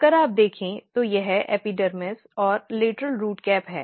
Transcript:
अगर आप देखें तो यह एपिडर्मिस और लेटरल रूट कैप है